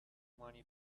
money